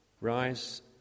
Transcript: Rise